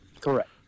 correct